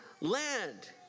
land